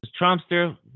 Trumpster